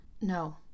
No